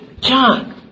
John